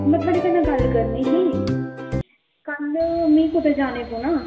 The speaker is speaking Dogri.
में थुआढ़े कन्नै गल्ल करनी ही कल्ल में कुदै जाना पेआ ना